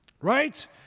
Right